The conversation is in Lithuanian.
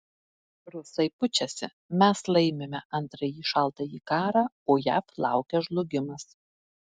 rusai pučiasi mes laimime antrąjį šaltąjį karą o jav laukia žlugimas